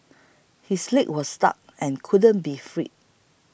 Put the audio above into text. his leg was stuck and couldn't be freed